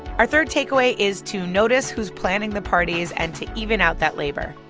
our third takeaway is to notice who's planning the parties and to even out that labor.